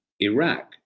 Iraq